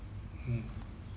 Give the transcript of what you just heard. mm